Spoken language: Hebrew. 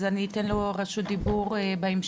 אז אני אתן לו רשות דיבור בהמשך.